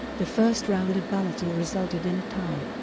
the first round of balloting resulted in a tie,